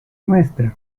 ntra